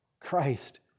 Christ